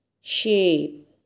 Shape